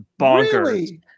bonkers